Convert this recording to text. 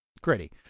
Gritty